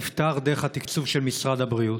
נפתר דרך התקצוב של משרד הבריאות.